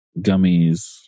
gummies